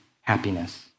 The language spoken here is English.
happiness